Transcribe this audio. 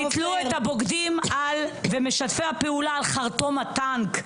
"תיתלו את הבוגדים ומשתפי הפעולה על חרטום הטנק",